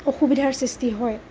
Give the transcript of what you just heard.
অসুবিধাৰ সৃষ্টি হয়